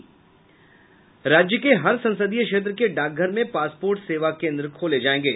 राज्य के हर संसदीय क्षेत्र के डाकघर में पासपोर्ट सेवा केंद्र खोले जायेंगे